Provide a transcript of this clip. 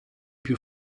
più